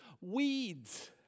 weeds